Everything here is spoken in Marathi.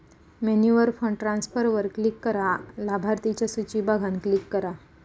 मेन्यूवर फंड ट्रांसफरवर क्लिक करा, लाभार्थिंच्या सुची बघान क्लिक करा